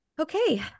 okay